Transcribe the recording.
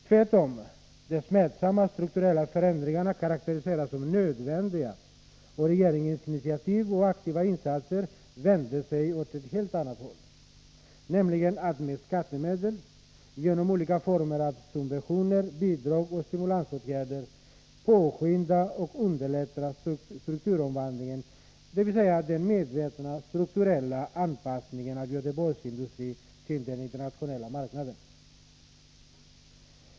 Tvärtom: de smärtsamma, strukturella förändringarna karakteriseras som nödvändiga, och regeringens initiativ och aktiva insatser vänder sig åt ett helt annat håll, nämligen att med skattemedel genom olika former av subventioner, bidrag och stimulansåtgärder påskynda och underlätta strukturomvandlingen, dvs. den medvetna strukturella anpassningen av Göteborgsindustrin till den internationella marknaden.